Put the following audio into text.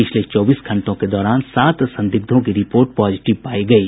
पिछले चौबीस घंटों के दौरान सात संदिग्धों की रिपोर्ट पॉजिटिव पायी गयी